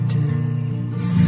days